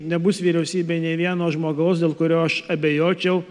nebus vyriausybėj nei vieno žmogaus dėl kurio aš abejočiau